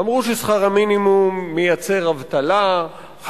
אמרו ששכר המינימום מייצר אבטלה,